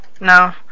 No